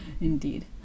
Indeed